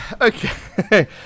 Okay